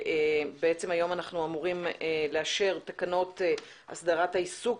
והיום אנחנו אמורים לאשר תקנות הסדרת העיסוק